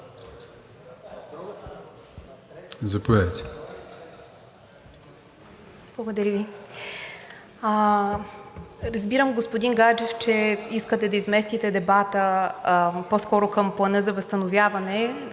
Промяната): Благодаря Ви. Разбирам, господин Гаджев, че искате да изместите дебата по-скоро към Плана за възстановяване.